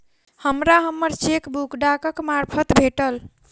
हमरा हम्मर चेकबुक डाकक मार्फत भेटल